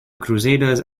crusaders